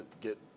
get